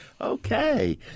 Okay